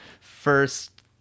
first